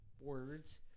words